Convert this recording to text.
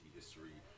history